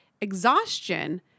exhaustion